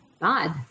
God